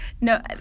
No